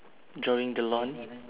drawing the lawn